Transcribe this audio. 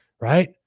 right